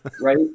right